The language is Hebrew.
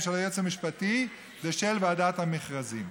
של היועץ המשפטי ושל ועדת המכרזים.